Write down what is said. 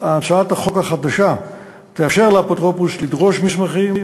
הצעת החוק החדשה תאפשר לאפוטרופוס לדרוש מסמכים,